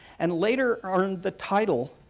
and later earned the title